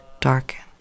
darkened